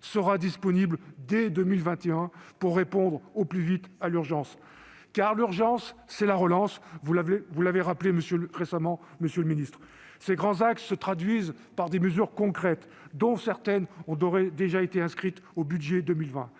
Seulement ?... pour répondre au plus vite à l'urgence. Car l'urgence, c'est la relance, vous l'avez rappelé récemment, monsieur le ministre. Ces grands axes se traduisent par des mesures concrètes, dont certaines ont d'ores et déjà été inscrites au budget pour 2020.